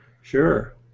Sure